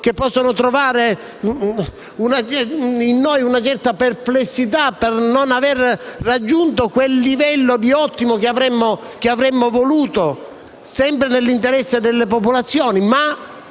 che possono trovare in noi una certa perplessità, per il fatto di non aver raggiunto quel livello ottimale che avremmo voluto, sempre nell'interesse delle popolazioni.